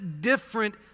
different